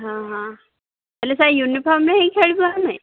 ହଁ ହଁ ହେଲେ ସାର୍ ୟୁନିଫର୍ମରେ ହିଁ ଖେଳିବୁ ଆମେ